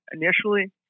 initially